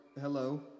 hello